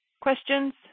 questions